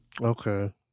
okay